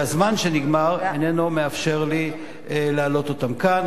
והזמן שנגמר איננו מאפשר לי להעלות אותן כאן.